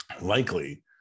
Likely